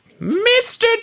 Mr